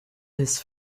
his